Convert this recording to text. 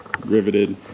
riveted